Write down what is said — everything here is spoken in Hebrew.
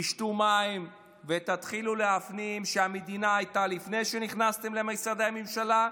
תשתו מים ותתחילו להפנים שהמדינה הייתה לפני שנכנסתם למשרדי הממשלה.